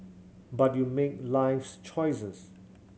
but you make life's choices